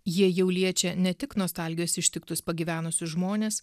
jie jau liečia ne tik nostalgijos ištiktus pagyvenusius žmones